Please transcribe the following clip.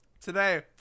Today